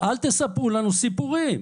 תספרו לנו סיפורים.